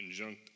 injunct